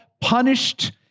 punished